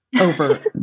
over